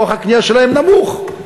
כוח הקנייה שלהם נמוך.